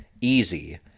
easy